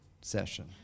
session